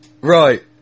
Right